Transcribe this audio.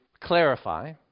clarify